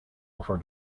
before